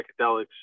psychedelics